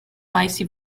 vice